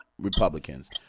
Republicans